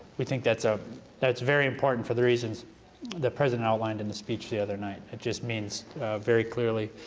we think that's ah that's very important for the reasons the president outlined in the speech the other night. it just means very clearly